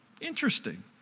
Interesting